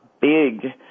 BIG